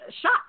shot